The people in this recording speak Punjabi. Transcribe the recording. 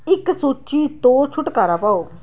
ਇੱਕ ਸੂਚੀ ਤੋਂ ਛੁਟਕਾਰਾ ਪਾਓ